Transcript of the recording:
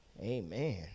amen